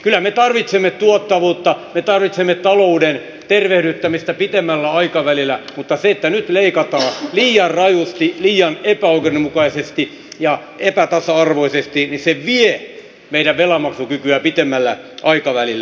kyllä me tarvitsemme tuottavuutta me tarvitsemme talouden tervehdyttämistä pitemmällä aikavälillä mutta se että nyt leikataan liian rajusti liian epäoikeudenmukaisesti ja epätasa arvoisesti vie meidän velanmaksukykyämme pitemmällä aikavälillä